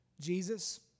Jesus